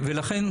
ולכן,